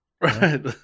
Right